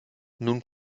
nun